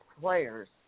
players